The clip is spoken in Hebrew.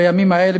בימים האלה,